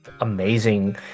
amazing